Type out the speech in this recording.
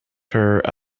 her